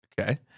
Okay